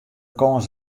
kâns